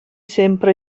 sempre